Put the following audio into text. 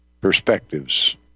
Perspectives